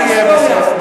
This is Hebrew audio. מה, מה יהיה בסוף?